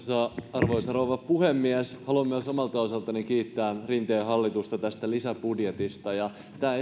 arvoisa rouva puhemies haluan myös omalta osaltani kiittää rinteen hallitusta tästä lisäbudjetista tämä